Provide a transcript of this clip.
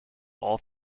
all